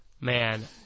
Man